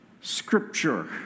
Scripture